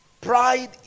Pride